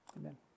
Amen